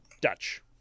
Dutch